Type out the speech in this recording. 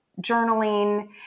journaling